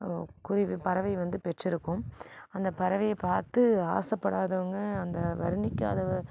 பறவை வந்து பெற்றிருக்கும் அந்த பறவையை பார்த்து ஆசைப்படாதவங்க அந்த வர்ணிக்காத